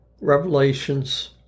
revelations